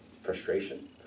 frustration